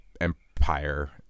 Empire